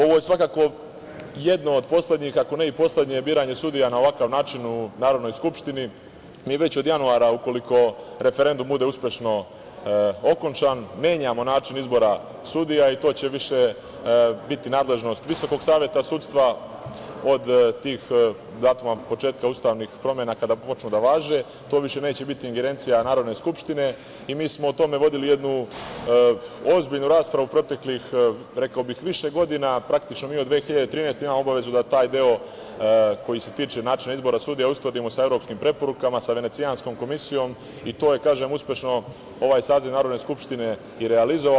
Ovo je svakako jedno od poslednjih, ako ne i poslednje biranje sudija na ovakav način u Narodnoj skupštini, mi već od januara ukoliko referendum bude uspešno okončan, menjamo način izbora sudija i to će više biti nadležnost VSS, od tih datuma, početka ustavnih promena, kada počnu da važe, to više neće biti ingerencija Narodne skupštine, i mi smo o tome vodili jednu ozbiljnu raspravu, rekao bih više godina, jer praktično mi od 2013. godine, imamo obavezu da taj deo koji se tiče načina izbora sudija, uskladimo sa evropskim preporukama, sa Venecijanskom komisijom, i to je uspešno ovaj saziv Narodne skupštine i realizovao.